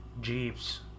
Jeeps